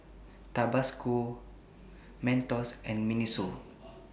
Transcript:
Tabasco Mentos and Miniso